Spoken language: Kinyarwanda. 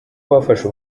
bafashe